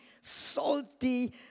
salty